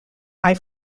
eye